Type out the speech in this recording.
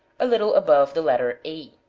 a little above the letter a.